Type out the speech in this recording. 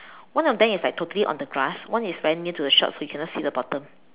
one of them is like totally on the grass one is very near to the shop so you cannot see the bottom